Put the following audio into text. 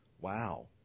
Wow